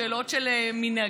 שאלות של מנהגים,